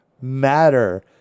matter